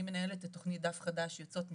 אני מנהלת את תוכנית "דף חדש יוצאות מקלט",